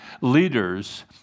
leaders